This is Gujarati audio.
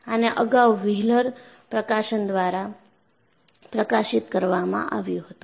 આને અગાઉ વ્હીલર પ્રકાશન દ્વારા પ્રકાશિત કરવામાં આવ્યું હતું